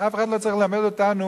אף אחד לא צריך ללמד אותנו